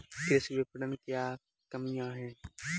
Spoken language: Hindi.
कृषि विपणन की क्या कमियाँ हैं?